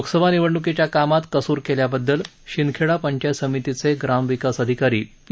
लोकसभा निवडणूकीच्या कामात कसूर केल्याबददल शिंदखेडा पंचायत समितीचे ग्रामविकास अधिकारी पी